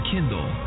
Kindle